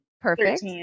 Perfect